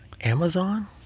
Amazon